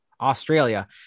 australia